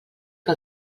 que